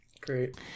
Great